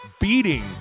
beating